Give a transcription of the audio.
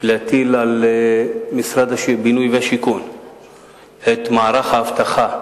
להטיל על משרד הבינוי והשיכון את מערך האבטחה,